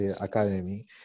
academy